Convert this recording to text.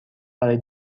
برای